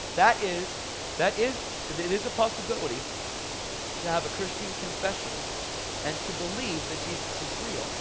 that is, that is, that is a possibility to have a christian confession and to believe that jesus is real,